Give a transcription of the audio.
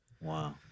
Wow